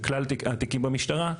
של כלל התיקים במשטרה,